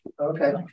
Okay